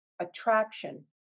attraction